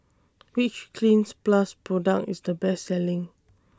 Which Cleanz Plus Product IS The Best Selling